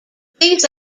these